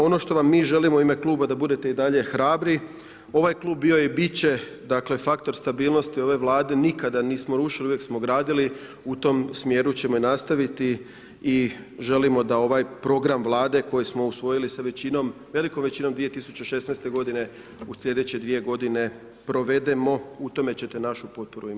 Ono što vam mi želimo u ime kluba da budete i dalje hrabri, ovaj klub bio je i bit će faktor stabilnosti ove Vlade, nikada nismo rušili, uvijek smo gradili, u tom smjeru ćemo nastaviti i želimo da ovaj program Vlade koji smo usvojili sa velikom većinom 2016. g., u slijedeće 2 g. provedemo, u tome ćete našu potporu imati.